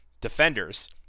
Defenders